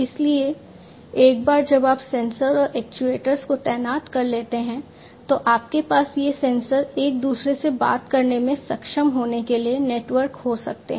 इसलिए एक बार जब आप सेंसर और एक्ट्यूएटर्स को तैनात कर लेते हैं तो आपके पास ये सेंसर एक दूसरे से बात करने में सक्षम होने के लिए नेटवर्क हो सकते हैं